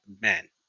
man